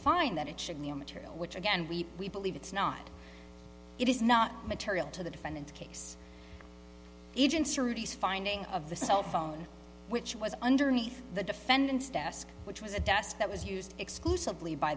find that it should new material which again we we believe it's not it is not material to the defendant case agents are finding of the cell phone which was underneath the defendant's desk which was a desk that was used exclusively by